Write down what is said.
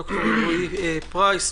ד"ר אלרעי פרייס.